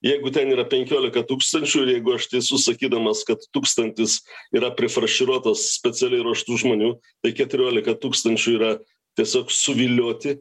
jeigu ten yra penkiolika tūkstančių ir jeigu aš teisus sakydamas kad tūkstantis yra prifarširuotas specialiai ruoštų žmonių tai keturiolika tūkstančių yra tiesiog suvilioti